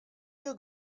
you